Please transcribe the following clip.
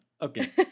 Okay